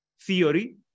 theory